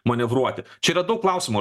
manevruoti čia yra daug klausimų